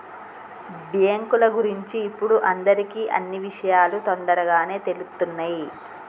బ్యేంకుల గురించి ఇప్పుడు అందరికీ అన్నీ విషయాలూ తొందరగానే తెలుత్తున్నయ్